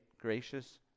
gracious